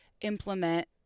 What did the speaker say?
implement